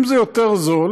אם זה יותר זול